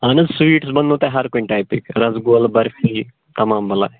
اہن حظ سُویٖٹٕس بَننو تۄہہِ ہر کُنہِ ٹایپٕکۍ رسگول برفی تَمام بَلاے